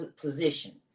position